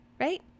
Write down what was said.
right